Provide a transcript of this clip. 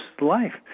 life